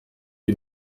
die